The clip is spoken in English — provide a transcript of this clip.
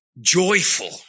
joyful